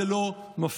זה לא מפריע,